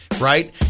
right